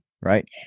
Right